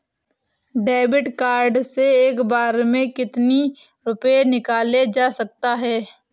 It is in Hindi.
डेविड कार्ड से एक बार में कितनी रूपए निकाले जा सकता है?